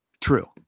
True